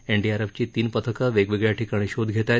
एनडीआरएफची तीन पथकं वेगवेगळ्या ठिकाणी शोध घेत आहेत